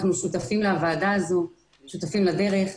אנחנו שותפים לוועדה הזו, שותפים לדרך.